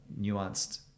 nuanced